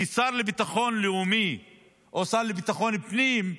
כשר לביטחון לאומי או שר לביטחון פנים,